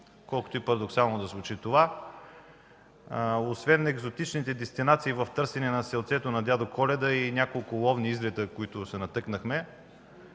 колкото и парадоксално да звучи това. Освен екзотичните дестинации, в търсене съответно на Дядо Коледа, и няколко ловни излета, на които се натъкнахме,